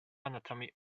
anatomy